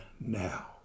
now